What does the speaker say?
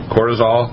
Cortisol